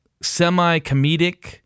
semi-comedic